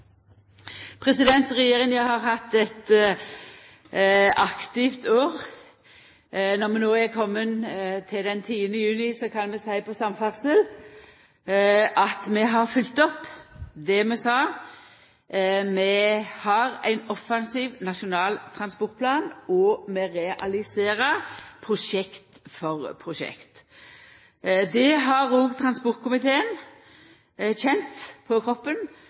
plass. Regjeringa har hatt eit aktivt år. Når vi no har kome til den 10. juni, kan eg seia at på samferdsel har vi følgt opp det vi sa. Vi har ein offensiv Nasjonal transportplan, og vi realiserer prosjekt for prosjekt. Det har òg transportkomiteen kjent på kroppen